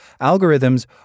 algorithms